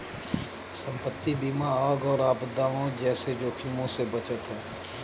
संपत्ति बीमा आग और आपदाओं जैसे जोखिमों से बचाता है